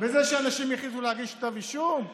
בזה שאנשים החליטו להגיש כתב אישום?